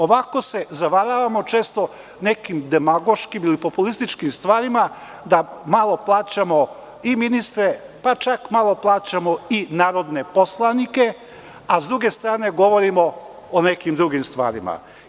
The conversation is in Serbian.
Ovako se zavaramo često nekim demagoškim ili populističkim stvarima, da malo plaćamo i ministre, pa čak malo plaćamo i narodne poslanike, a s druge strane, govorimo o nekim drugim stvarima.